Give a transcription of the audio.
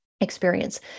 experience